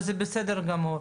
וזה בסדר גמור,